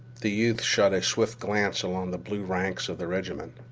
the youth shot a swift glance along the blue ranks of the regiment.